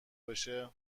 بشه